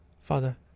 Father